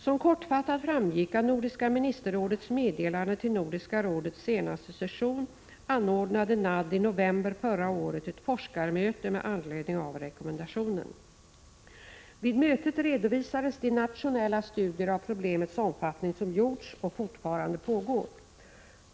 Som kortfattat framgick av Nordiska ministerrådets meddelande till Nordiska rådets senaste session anordnade NAD i november förra året ett forskarmöte med anledning av rekommendationen. Vid mötet redovisades de nationella studier av problemets omfattning som gjorts och fortfarande pågår.